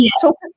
talk